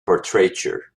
portraiture